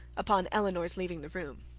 upon elinor's leaving the room,